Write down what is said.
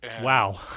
wow